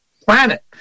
planet